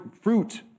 fruit